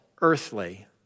earthly